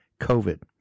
COVID